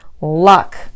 luck